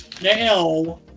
now